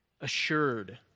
assured